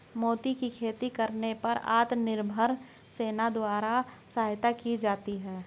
मोती की खेती करने पर आत्मनिर्भर सेना द्वारा सहायता की जाती है